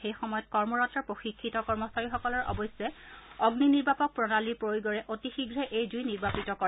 সেই সময়ত কৰ্মৰত প্ৰশিক্ষিত কৰ্মচাৰীসকলে অৱশ্যে অগ্নি নিৰ্বাপক প্ৰণালীৰ প্ৰয়োগেৰে অতি শীঘ্ৰেই এই জুই নিৰ্বাপিত কৰে